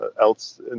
else